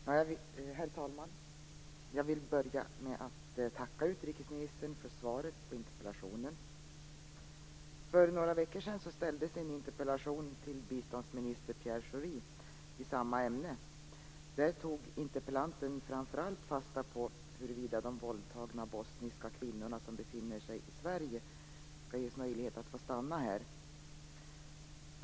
Herr talman! Jag vill börja med att tacka utrikesministern för svaret på interpellationen. För några veckor sedan ställdes en interpellation till biståndsminister Pierre Schori i samma ämne. Där tog interpellanten framför allt fasta på huruvida de våldtagna bosniska kvinnor som befinner sig i Sverige skall ges möjlighet att stanna här.